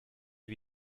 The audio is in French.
est